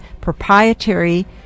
Proprietary